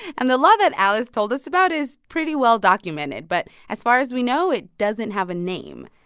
and the law that alice told us about is pretty well-documented. but as far as we know, it doesn't have a name.